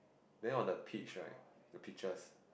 then on the peach right the peaches